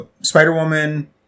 Spider-Woman